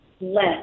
less